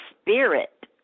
spirit